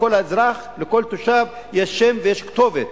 לכל אזרח, לכל תושב יש שם ויש כתובת.